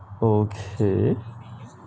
okay